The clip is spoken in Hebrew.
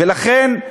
ולכן,